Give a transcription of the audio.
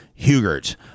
Hugert